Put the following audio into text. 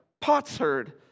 potsherd